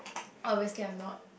obviously I am not